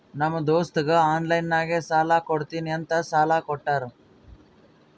ನಮ್ ದೋಸ್ತಗ ಆನ್ಲೈನ್ ನಾಗೆ ಸಾಲಾ ಕೊಡ್ತೀನಿ ಅಂತ ಸಾಲಾ ಕೋಟ್ಟಾರ್